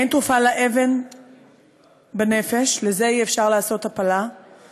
לאבן בנפש, לזה אי-אפשר לעשות הפלה /